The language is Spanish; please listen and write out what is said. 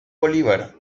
bolívar